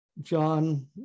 John